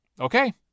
okay